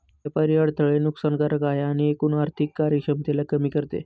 व्यापारी अडथळे नुकसान कारक आहे आणि एकूण आर्थिक कार्यक्षमतेला कमी करते